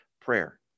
Prayer